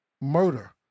murder